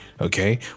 okay